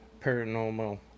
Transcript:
paranormal